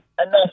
enough